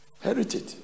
Heritage